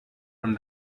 from